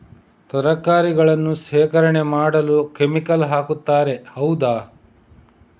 ತರಕಾರಿಗಳನ್ನು ಶೇಖರಣೆ ಮಾಡಲು ಕೆಮಿಕಲ್ ಹಾಕುತಾರೆ ಹೌದ?